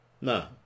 No